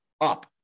up